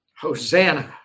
Hosanna